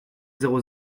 zéro